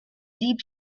deep